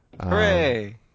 Hooray